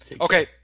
Okay